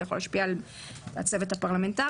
זה יכול להשפיע על הצוות הפרלמנטרי.